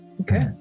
Okay